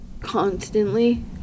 Constantly